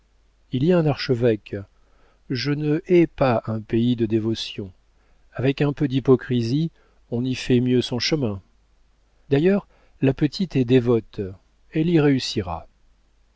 il y a un archevêque je ne hais pas un pays de dévotion avec un peu d'hypocrisie on y fait mieux son chemin d'ailleurs la petite est dévote elle y réussira